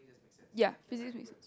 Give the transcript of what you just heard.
ya physics makes